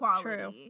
true